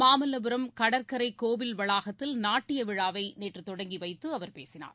மாமல்லபுரம் கடற்கரை கோவில் வளாகத்தில் நாட்டிய விழாவை நேற்று தொடங்கி வைத்து அவர் பேசினார்